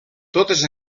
totes